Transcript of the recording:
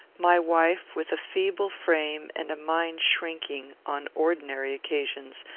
my wife, with a feeble frame and a mind shrinking, on ordinary occasions,